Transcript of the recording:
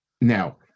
Now